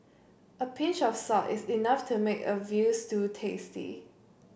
a pinch of salt is enough to make a veal stew tasty